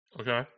Okay